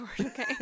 okay